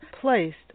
placed